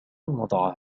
وضع